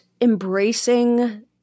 embracing